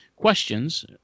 questions